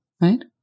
right